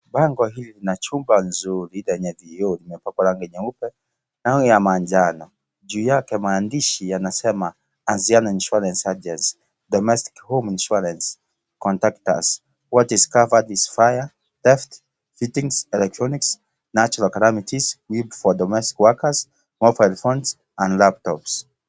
Bango hili lina chumba zuri lenye vioo limepakwa rangi jeupe nao ya maanjano juu yake maandishi yanasema Anziano Insurance Agency Domestic Home Insurance Contact us what is covered is fire ,theft, fittings ,electronics, natural calamities ,WIBA for domestic wokers mobile phones and laptops